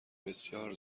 بسیار